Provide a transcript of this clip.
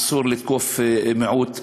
אסור לתקוף מיעוט.